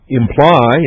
imply